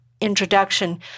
introduction